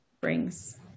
brings